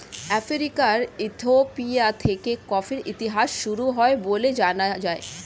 আফ্রিকার ইথিওপিয়া থেকে কফির ইতিহাস শুরু হয় বলে জানা যায়